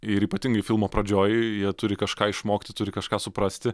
ir ypatingai filmo pradžioj jie turi kažką išmokti turi kažką suprasti